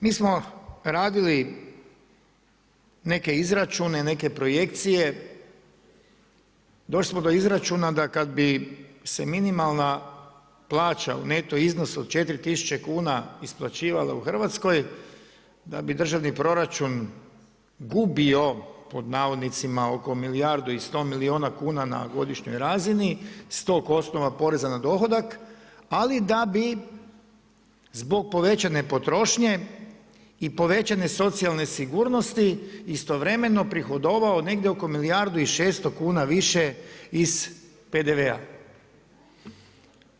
Mi smo radili neke izračune, neke projekcije, došli smo do izračuna da kad bi se minimalna plaća u neto iznosu od 4.000 kuna isplaćivala u Hrvatskoj, da bi državni proračun gubio pod navodnicima, oko milijardu i 100 milijuna kuna na godišnjoj razini, s tog osnova poreza na dohodak, ali da bi zbog povećane potrošnje i povećane socijalne sigurnosti istovremeno prihodovao negdje oko milijardu i 600 kuna više iz PDV-a.